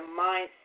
mindset